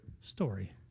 story